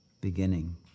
beginning